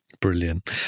brilliant